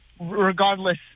regardless